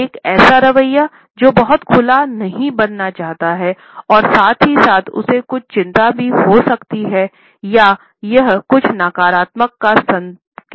एक ऐसा रवैया जो बहुत खुला नहीं बनना चाहता है और साथ ही साथ उसे कुछ चिंता भी हो सकती है या यह कुछ नकारात्मकता का संकेत भी दे सकता है